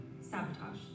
sabotage